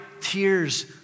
tears